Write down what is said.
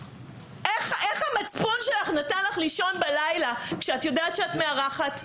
איך המצפון שלך נתן לך לישון בלילה כשאת יודעת שאת מארחת אצלך,